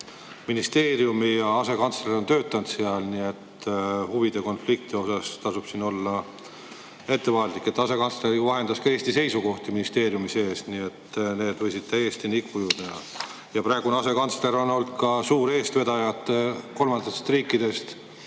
ministeeriumi, ja asekantsler on seal töötanud. Nii et huvide konflikti osas tasub siin ettevaatlik olla. Asekantsler ju vahendas ka Eesti seisukohti ministeeriumi sees, nii et need võisid täiesti nii kujuneda. Praegune asekantsler on olnud ka suur eestvedaja kolmandatest riikidest